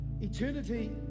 Eternity